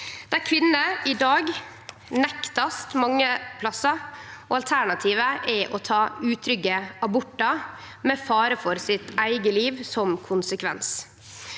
der kvinner i dag blir nekta abort mange plassar, og der alternativet er å ta utrygge abortar med fare for sitt eige liv som konsekvens.